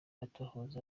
amatohoza